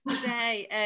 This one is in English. today